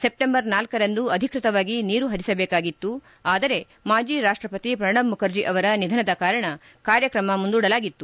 September ಳರಂದು ಅಧಿಕೃತವಾಗಿ ನೀರು ಹರಿಸಬೇಕಾಗಿತ್ತು ಆದರೆ ಮಾಜಿ ರಾಷ್ಟಪತಿ ಪ್ರಣಬ್ ಮುಖರ್ಜಿ ಅವರ ನಿಧನದ ಕಾರಣ ಕಾರ್ಯಕ್ರಮ ಮುಂದೂಡಲಾಗಿತ್ತು